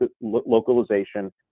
localization